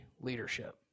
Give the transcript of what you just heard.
leadership